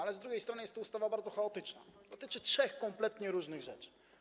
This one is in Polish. Ale z drugiej strony jest to ustawa bardzo chaotyczna - dotyczy trzech kompletnie różnych rzeczy.